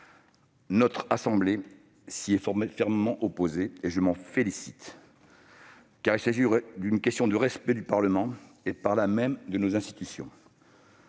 Notre assemblée s'y est fermement opposée, et je m'en félicite. Il s'agissait d'une question de respect du Parlement et, par là même, de nos institutions.